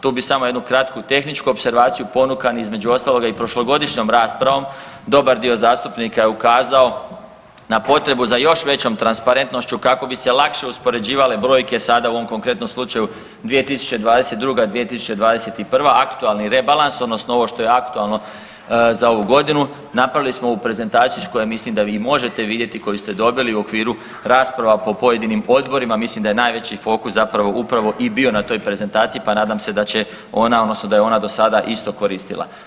Tu bi samo jednu kratku tehničku opservaciju ponukan između ostaloga i prošlogodišnjom raspravom dobar dio zastupnika je ukazao na potrebu za još većom transparentnošću kako bi se lakše uspoređivale brojke sada u ovom konkretnom slučaju 2022., 2021. aktualni rebalans odnosno ovo što je aktualno za ovu godinu napravili smo ovu prezentaciju s kojom mislim da vi možete vidjeti koji ste dobili u okviru rasprava po pojedinim odborima, mislim da je najveći fokus zapravo upravo i bio na toj prezentaciji pa nadam se da će ona odnosno da je ona do sada isto koristila.